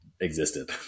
existed